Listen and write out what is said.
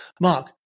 Mark